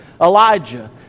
Elijah